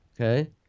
Okay